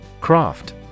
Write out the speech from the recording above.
Craft